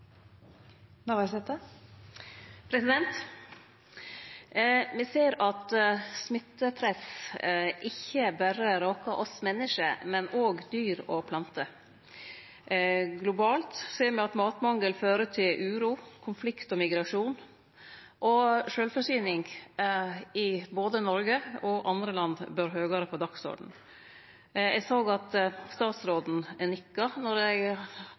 Me ser at smittepress ikkje berre råkar oss menneske, men òg dyr og planter. Globalt ser me at matmangel fører til uro, konflikt og migrasjon. Og sjølvforsyning, i både Noreg og andre land, bør høgare på dagsordenen. Eg såg at utanriksministeren nikka då eg